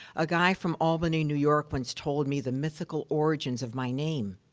a guy from albany, new york, once told me the mythical origins of my name.